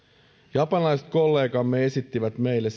japanilaiset kollegamme esittivät meille